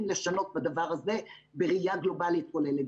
לשנות את הדבר הזה בראיה גלובלית כוללת,